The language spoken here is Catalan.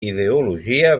ideologia